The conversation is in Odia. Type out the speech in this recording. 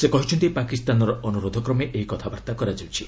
ସେ କହିଛନ୍ତି ପାକିସ୍ତାନର ଅନୁରୋଧ କ୍ରମେ ଏହି କଥାବାର୍ତ୍ତା କରାଯାଉଛି